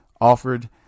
offered